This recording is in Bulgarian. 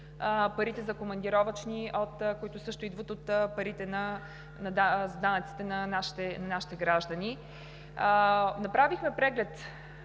парите за командировъчни, които също идват от парите за данъци на нашите граждани. Направихме преглед,